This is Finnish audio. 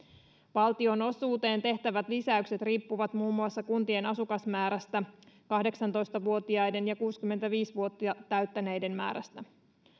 valtionosuuteen tehtävät lisäykset riippuvat muun muassa kuntien asukasmäärästä alle kahdeksantoista vuotiaiden ja kuusikymmentäviisi vuotta täyttäneiden määrästä